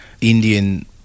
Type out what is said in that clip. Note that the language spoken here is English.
Indian